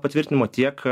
patvirtinimo tiek